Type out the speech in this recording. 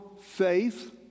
faith